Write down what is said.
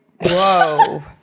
whoa